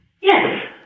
Yes